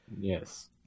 yes